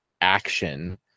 action